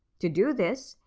to do this,